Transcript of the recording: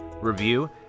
review